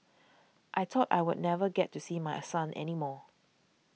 I thought I would never get to see my son any more